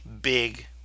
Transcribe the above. big